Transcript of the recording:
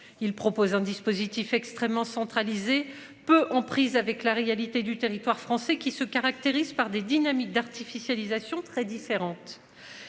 Il propose un dispositif extrêmement centralisée peu en prise avec la réalité du territoire français qui se caractérise par des dynamiques d'artificialisation très différentes.